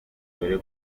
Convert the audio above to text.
dore